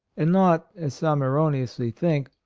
and not, as some erroneously think,